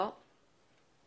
נוי